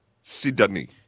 Sydney